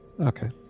Okay